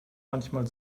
manchmal